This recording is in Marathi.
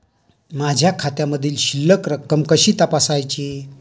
माझ्या खात्यामधील शिल्लक रक्कम कशी तपासायची?